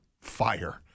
Fire